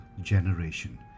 generation